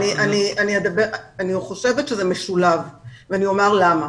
אני חושבת שזה משולב ואני אומר למה.